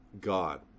God